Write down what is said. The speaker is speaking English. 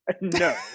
No